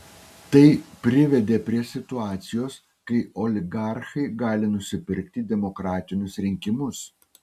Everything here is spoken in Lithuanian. tai privedė prie situacijos kai oligarchai gali nusipirkti demokratinius rinkimus